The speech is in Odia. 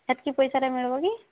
ସେତିକି ପଇସାରେ ମିଳିବ କି